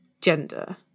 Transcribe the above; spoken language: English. gender